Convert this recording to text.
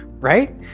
right